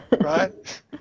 right